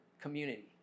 community